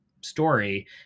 story